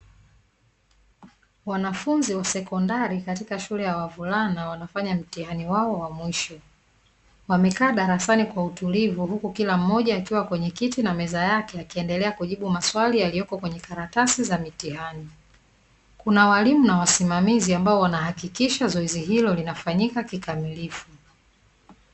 Wanafunzi wa sekondari katika shule ya wavulana wanafanya mtihani wao wa mwisho. Wamekaa darasani kwa utulivu huku kila mmoja akiwa kwenye kiti na meza yake akiendelea kujibu maswali yaliyoko kwenye karatasi za mitihani. Kuna walimu na wasimamizi ambao wanahakikisha zoezi hilo linafanyika kikamilifu.